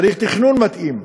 צריך תכנון מתאים,